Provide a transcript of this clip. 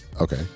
Okay